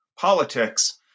politics